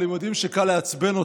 אבל הם יודעים שקל לעצבן אותך.